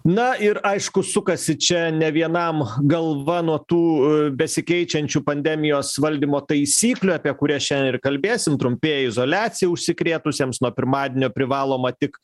na ir aišku sukasi čia ne vienam galva nuo tų besikeičiančių pandemijos valdymo taisyklių apie kurias šiandien ir kalbėsim trumpėja izoliacija užsikrėtusiems nuo pirmadienio privaloma tik